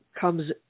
comes